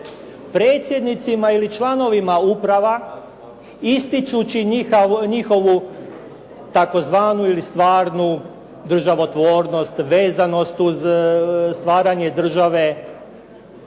predsjednicima ili članovima uprava ističući njihovu tzv. ili stvarnu državotvornost, vezanost uz stvaranje države,